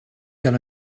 gan